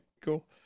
cool